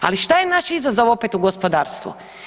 Ali šta je naš izazov opet u gospodarstvu?